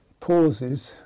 pauses